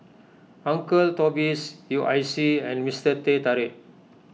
Uncle Toby's U I C and Mister Teh Tarik